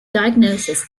diagnosis